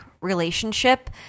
relationship